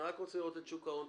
לגבי שוק ההון?